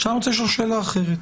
אני רוצה לשאול שאלה אחרת,